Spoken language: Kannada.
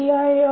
e